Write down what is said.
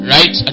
Right